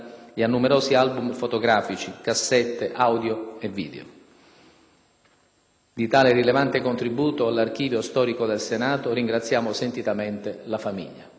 e a numerosi album fotografici, cassette audio e video. Di tale rilevante contributo all'Archivio storico del Senato ringraziamo sentitamente la famiglia.